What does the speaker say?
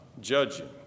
judging